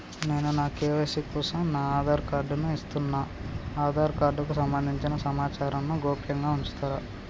నేను నా కే.వై.సీ కోసం నా ఆధార్ కార్డు ను ఇస్తున్నా నా ఆధార్ కార్డుకు సంబంధించిన సమాచారంను గోప్యంగా ఉంచుతరా?